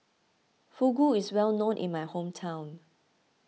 Fugu is well known in my hometown